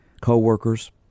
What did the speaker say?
coworkers